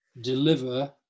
deliver